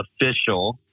official